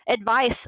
advice